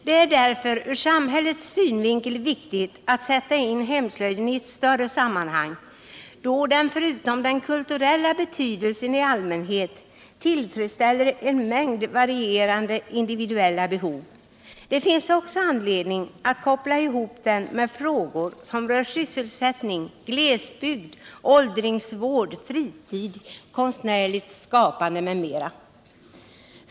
Det är ur samhällets synvinkel viktigt att sätta in hemslöjden i ett större sammanhang eftersom den, förutom den kulturella betydelsen i allmänhet, tillfredsställer en mängd varierande individuella behov. Det finns också anledning att koppla ihop den med frågor som rör sysselsättning, glesbygd, åldringsvård, fritid, konstnärligt skapande m.m.